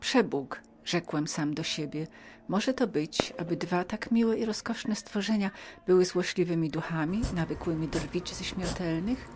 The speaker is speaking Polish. przebóg rzekłem sam do siebie możesz to być aby dwa tak miłe i rozkoszne stworzenia były złośliwymi duchami nawykłymi drwić ze śmiertelnych